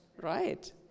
right